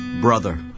Brother